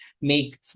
make